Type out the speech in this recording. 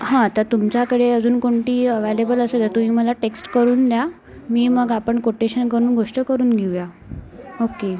हां तर तुमच्याकडे अजून कोणती अवायलेबल असेल तर तुम्ही मला टेक्स्ट करून द्या मी मग आपण कोटेशन करून गोष्ट करून घेऊया ओके